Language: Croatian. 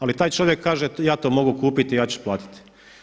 Ali taj čovjek kaže ja to mogu kupiti i ja ću platiti.